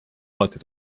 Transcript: alati